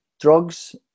drugs